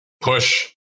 push